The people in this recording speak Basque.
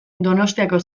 donostiako